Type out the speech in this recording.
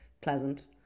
pleasant